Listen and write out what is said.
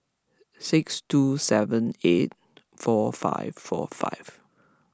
six two seven eight four five four five